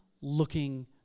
looking